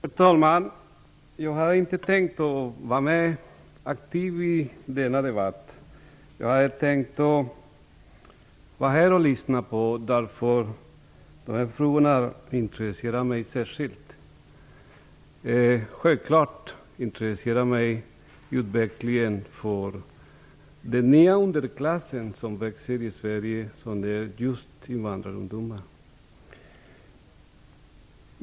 Herr talman! Jag hade inte tänkt att vara med i denna debatt. Jag hade tänkt vara här och lyssna, eftersom de här frågorna intresserar mig särskilt. Självklart intresserar mig utvecklingen av den nya underklass som växer fram i Sverige, den som är just invandrarungdomar.